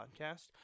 podcast